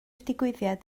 digwyddiad